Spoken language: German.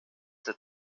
der